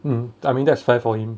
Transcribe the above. mm I mean that's fair for him